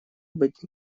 быть